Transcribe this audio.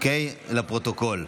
לפרוטוקול.